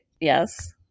Yes